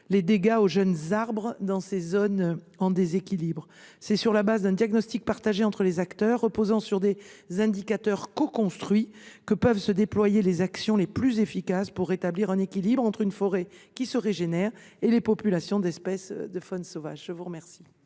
infligés aux jeunes arbres dans ces zones en déséquilibre. C’est sur la base d’un diagnostic partagé entre les acteurs, reposant sur des indicateurs coconstruits, que peuvent se déployer les actions les plus efficaces pour rétablir un équilibre entre une forêt qui se régénère et les populations d’espèces de faune sauvage. La parole